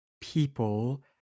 people